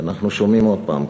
ואנחנו שומעים עוד פעם,